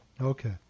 Okay